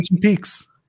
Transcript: peaks